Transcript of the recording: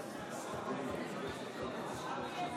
ההצבעה: